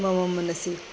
मम मनसि